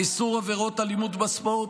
איסור אלימות בספורט),